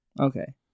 Okay